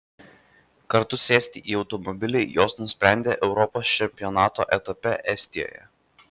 kartu sėsti į automobilį jos nusprendė europos čempionato etape estijoje